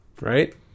right